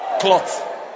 cloth